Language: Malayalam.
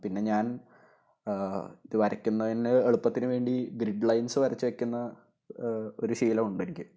പിന്നെ ഞാൻ ഇത് വരയ്ക്കുന്നതിന് എളുപ്പത്തിന് വേണ്ടി ഗ്രിഡ് ലൈൻസ് വരച്ചുവയ്ക്കുന്ന ഒരു ശീലം ഉണ്ടെനിക്ക്